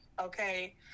okay